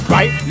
Right